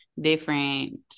different